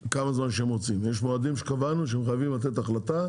כמה זמן שהם רוצים יש מועדים שקבענו שהם חייבים לתת החלטה.